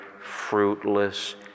fruitless